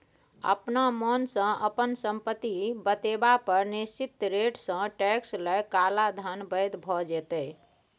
अपना मोनसँ अपन संपत्ति बतेबा पर निश्चित रेटसँ टैक्स लए काला धन बैद्य भ जेतै